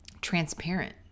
transparent